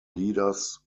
leaders